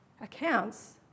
accounts